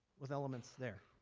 with elements there.